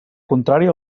contrària